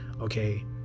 okay